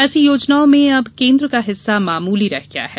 ऐसी योजनाओं में अब केन्द्र का हिस्सा मामुली रह गया है